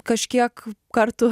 kažkiek kartų